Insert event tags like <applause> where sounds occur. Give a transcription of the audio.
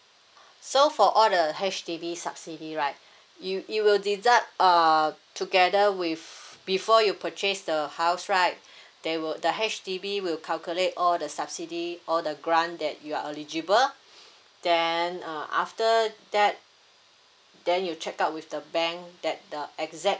so for all the H_D_B subsidy right you it will deduct uh together with before you purchase the house right <breath> there will the H_D_B will calculate all the subsidy or the grant that you are eligible <breath> then uh after that then you check out with the bank that the exact